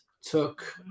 took